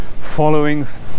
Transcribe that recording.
followings